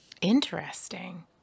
Interesting